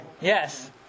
Yes